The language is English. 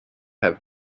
have